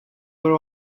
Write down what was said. were